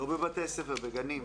לא בבתי ספר, בגנים.